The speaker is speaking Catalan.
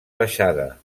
baixada